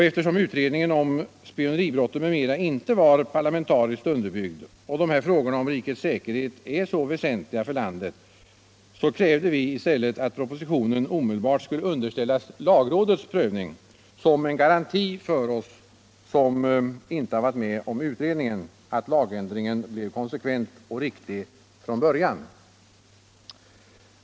Eftersom utredningen om spioneribrottet m.m. inte var parlamentariskt underbyggd och de här frågorna om rikets säkerhet är så väsentliga för landet krävde vi i stället att propositionen omedelbart skulle underställas lagrådets prövning som en garanti för oss som inte varit med om utredningen att lagändringen blev konsekvent och riktig från början.